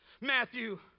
Matthew